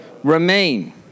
Remain